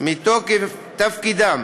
מתוקף תפקידם